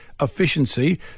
Efficiency